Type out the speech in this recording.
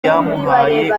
byamuhaye